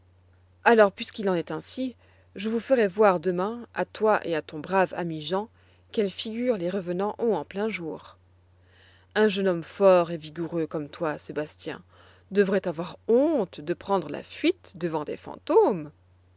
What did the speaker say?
alors puisqu'il en est ainsi je vous ferai voir demain à toi et à ton brave ami jean quelle figure les revenants ont en plein jour un jeune homme fort et vigoureux comme toi sébastien devrait avoir tonte de prendre la fuite devant des fantômes